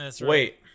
Wait